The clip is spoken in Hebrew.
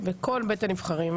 וכל בית הנבחרים.